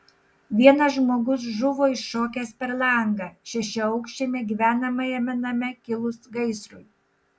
vienas žmogus žuvo iššokęs per langą šešiaaukščiame gyvenamajame name kilus gaisrui